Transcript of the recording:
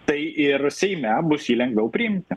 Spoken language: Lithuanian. tai ir seime bus jį lengviau priimti